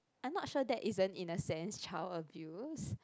I'm not sure that is an innocent child abuse